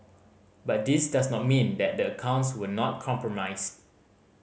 but this does not mean that the accounts were not compromised